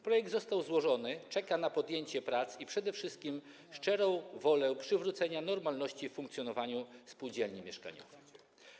Projekt został złożony, czeka na podjęcie prac i przede wszystkim szczerą wolę przywrócenia normalności w funkcjonowaniu spółdzielni mieszkaniowych.